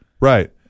right